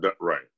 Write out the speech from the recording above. Right